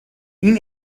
این